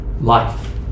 life